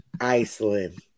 Iceland